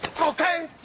Okay